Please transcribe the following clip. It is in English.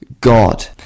God